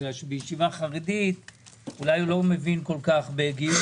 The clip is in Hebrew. כי בישיבה חרדית אולי הוא לא מבין כל כך בגיור.